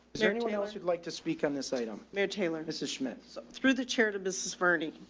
is there anything else you'd like to speak on this item? no. taylor. mrs. schmidt through the charity business burning.